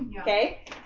Okay